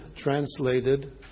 translated